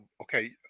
Okay